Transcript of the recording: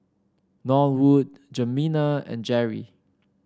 Norwood Jimena and Jerri